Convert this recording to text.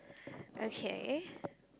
okay